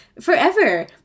forever